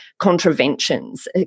Contraventions